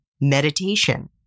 meditation